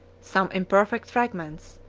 some imperfect fragments,